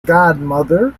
godmother